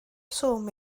swm